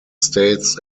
states